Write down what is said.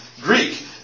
Greek